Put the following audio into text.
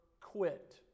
quit